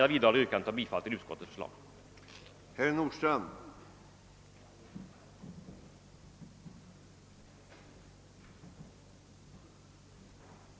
Jag vidhåller mitt yrkande om bifall till utskottets hemställan.